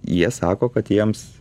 jie sako kad jiems